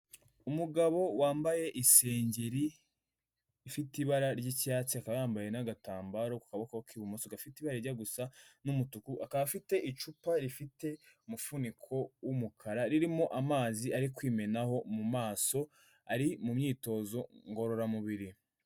Umugabo wambaye isengeri ifite ibara ry'icyatsi, akaba yambaye n'agatambaro ku kaboko k'ibumoso gafite ibara rijya gusa n'umutuku, akaba afite icupa rifite umufuniko w'umukara ririmo amazi ari kwimenaho mu maso ari mu myitozo ngororamubiri.